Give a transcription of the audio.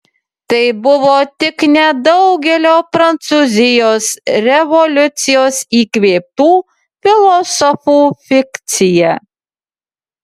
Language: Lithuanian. tai buvo tik nedaugelio prancūzijos revoliucijos įkvėptų filosofų fikcija